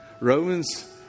Romans